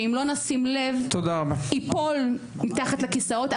שאם לא נשים לב ייפול מתחת לכיסאות,